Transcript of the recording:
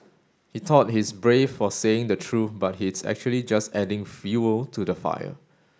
he thought he's brave for saying the truth but he's actually just adding fuel to the fire